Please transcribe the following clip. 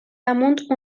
damunt